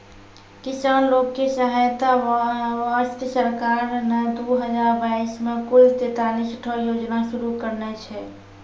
किसान लोग के सहायता वास्तॅ सरकार नॅ दू हजार बाइस मॅ कुल तेतालिस ठो योजना शुरू करने छै